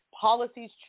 policies